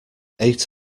eight